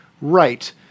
Right